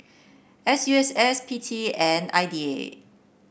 S U S S P T and I D A